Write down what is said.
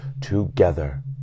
together